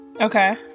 Okay